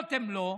עצמאיות הן לא,